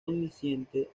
omnisciente